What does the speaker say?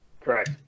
Correct